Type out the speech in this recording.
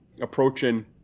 approaching